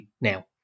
now